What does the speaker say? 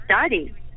study